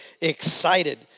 excited